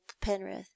penrith